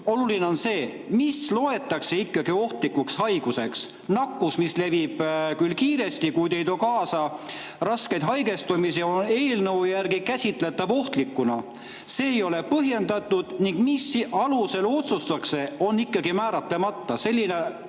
Oluline on see, mida loetakse ohtlikuks haiguseks. Nakkus, mis levib küll kiiresti, kuid ei too kaasa raskeid haigestumisi, on eelnõu järgi käsitletav ohtlikuna. See ei ole põhjendatud ning see, mis alusel otsustatakse, on ikkagi määratlemata. Selliselt